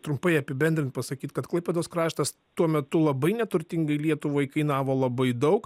trumpai apibendrint pasakyt kad klaipėdos kraštas tuo metu labai neturtingai lietuvai kainavo labai daug